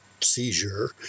seizure